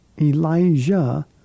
Elijah